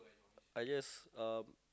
I just um